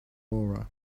aura